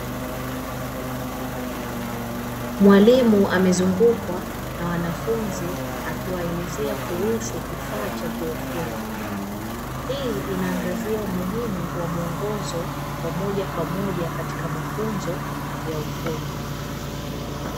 Mwalimu amezungukwa na wanafunzi akiwaelezea kuhusu kifaa cha kiufundi. Hii inaangazia umuhimu wa muongozo wa moja kwa moja katika mafunzo ya ufundi.